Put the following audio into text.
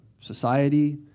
society